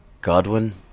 godwin